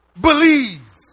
believe